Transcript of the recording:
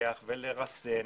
לפקח ולרסן.